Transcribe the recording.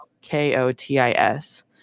K-O-T-I-S